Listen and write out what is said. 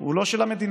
הוא לא של המדינה,